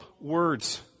words